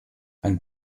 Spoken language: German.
ein